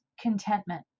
contentment